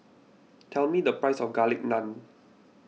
tell me the price of Garlic Naan